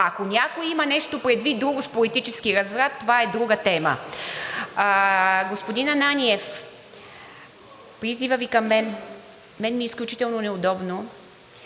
Ако някой има нещо предвид друго с политически разврат, това е друга тема. Господин Ананиев, за призива Ви към мен. На мен ми е изключително неудобно